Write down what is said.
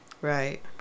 Right